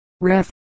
Ref